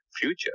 future